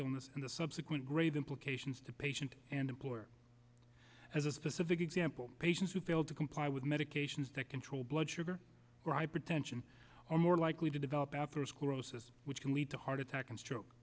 illness and the subsequent grave implications to patient and employer as a specific example patients who failed to comply with medications that control blood sugar or hypertension or are likely to develop after sclerosis which can lead to heart attack and stroke